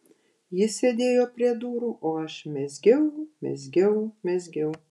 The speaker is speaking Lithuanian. jis sėdėjo prie durų o aš mezgiau mezgiau mezgiau